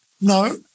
No